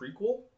prequel